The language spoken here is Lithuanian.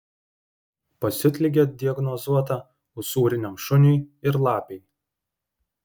pasiutligė diagnozuota usūriniam šuniui ir lapei